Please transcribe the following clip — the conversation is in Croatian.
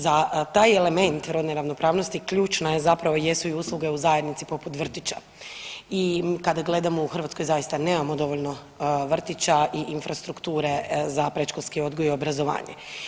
Za taj element rodne ravnopravnosti ključno je zapravo jesu li i usluge u zajednici poput vrtića i kada gledamo u Hrvatskoj zaista nemamo dovoljno vrtića i infrastrukture za predškolski odgoj i obrazovanje.